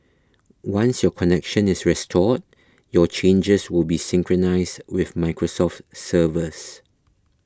once your connection is restored your changes will be synchronised with Microsoft's servers